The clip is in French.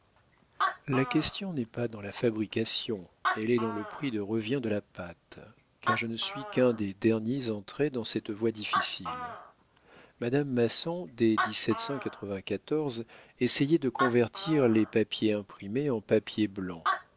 la question n'est pas dans la fabrication elle est dans le prix de revient de la pâte car je ne suis qu'un des derniers entrés dans cette voie difficile madame maçon des essayait de convertir les papiers imprimés en papier blanc